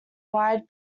wide